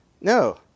No